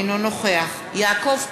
אינו נוכח יעקב פרי,